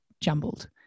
jumbled